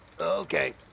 okay